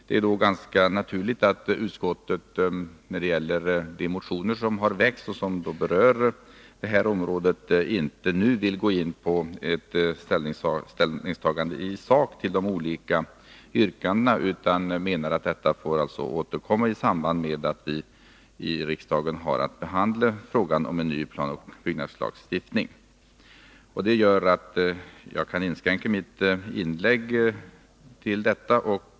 Det är då ganska naturligt att utskottet när det gäller de motioner som väckts och som berör detta område inte nu vill gå in på ett ställningstagande i sak till de olika yrkandena, utan menar att utskottet får återkomma i samband med att vi i riksdagen har att behandla frågan om en ny planoch byggnadslagstiftning. Detta gör att jag kan inskränka mitt inlägg till vad jag nu sagt.